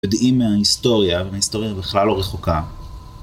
יודעים מההיסטוריה וההיסטוריה בכלל לא רחוקה